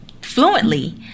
fluently